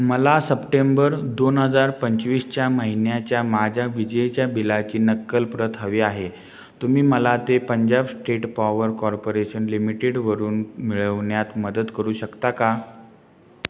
मला सप्टेंबर दोन हजार पंचवीसच्या महिन्याच्या माझ्या विजेच्या बिलाची नक्कल प्रत हवी आहे तुम्ही मला ते पंजाब स्टेट पॉवर कॉर्पोरेशन लिमिटेडवरून मिळवण्यात मदत करू शकता का